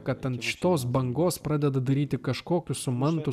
kad ant šitos bangos pradeda daryti kažkokius su mantu